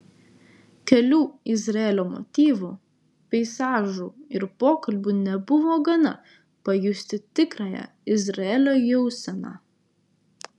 kelių izraelio motyvų peizažų ir pokalbių nebuvo gana pajusti tikrąją izraelio jauseną